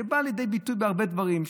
שבא לידי ביטוי בהרבה דברים,